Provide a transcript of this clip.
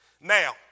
Now